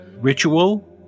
ritual